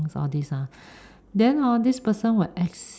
all these ah these hor then this person will acts